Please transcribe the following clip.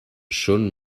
són